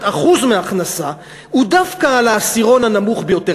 אחוז מההכנסה היא דווקא על העשירון הנמוך ביותר,